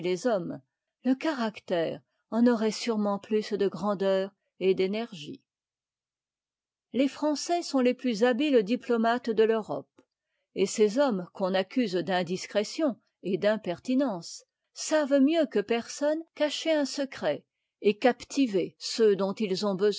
le caractère en aurait sûrement plus de grandeur et d'énergie les français sont les plus habiles diplomates de l'europe et ces hommes qu'on accuse d'indiscrétion et d'impertinence savent mieux que personne cacher un secret et captiver ceux dont ils ont besoin